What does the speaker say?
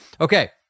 Okay